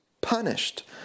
punished